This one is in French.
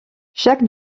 chaque